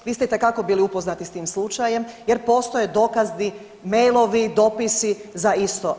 Vi ste itekako bili upoznati s tim slučajem jer postoje dokazi, mailovi, dopisi za isto.